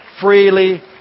Freely